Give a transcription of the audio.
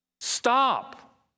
Stop